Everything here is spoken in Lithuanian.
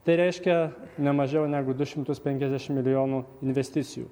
tai reiškia ne mažiau negu du šimtus penkiasdešimt milijonų investicijų